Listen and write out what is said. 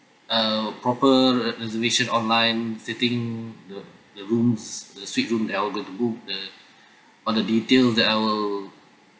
a proper re~ reservation online sitting the the rooms the suite room that I'm going to book the on the details that I will